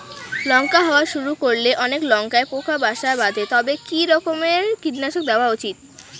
লঙ্কা হওয়া শুরু করলে অনেক লঙ্কায় পোকা বাসা বাঁধে তবে কি রকমের কীটনাশক দেওয়া উচিৎ?